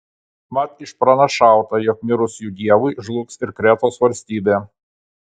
mat išpranašauta jog mirus jų dievui žlugs ir kretos valstybė